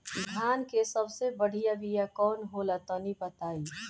धान के सबसे बढ़िया बिया कौन हो ला तनि बाताई?